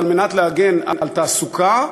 כדי להגן על תעסוקה,